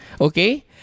Okay